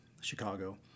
Chicago